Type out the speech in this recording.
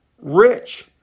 rich